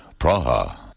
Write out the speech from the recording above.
Praha